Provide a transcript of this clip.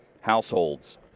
households